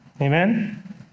Amen